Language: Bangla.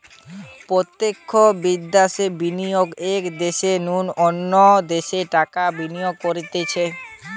প্রত্যক্ষ বিদ্যাশে বিনিয়োগ এক দ্যাশের নু অন্য দ্যাশে টাকা বিনিয়োগ করতিছে